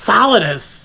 Solidus